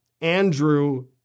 Andrew